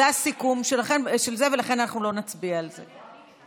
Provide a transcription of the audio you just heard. זה הסיכום שלכם, ולכן לא נצביע על זה.